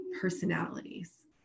personalities